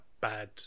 bad